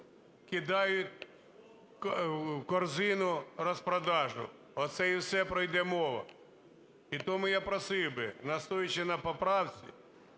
кидають в корзину розпродажу. Оце і все про… йде мова. І тому я просив би, настоюючи на поправці,